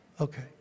Okay